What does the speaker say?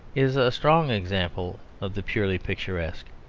is a strong example of the purely picturesque.